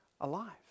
alive